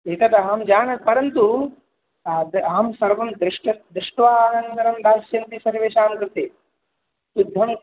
एतद् अहं जानामि परन्तु आदौ अहं सर्वं दृष्ट्वा दृष्ट्वा आनन्तरं दास्यन्ति सर्वेषां कृते शुद्धम्